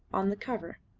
on the cover.